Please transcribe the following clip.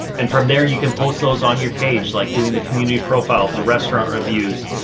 and from there you can post those on your page, like doing the community profiles, the restaurant reviews,